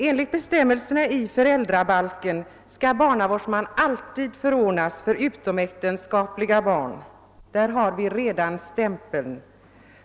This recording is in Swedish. Enligt bestämmelserna i föräldrabalken skall barr avårdsman alltid förordnas för utomäktenskapliga barn — där har vi redan stämpeln.